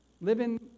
living